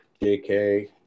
JK